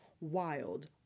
wild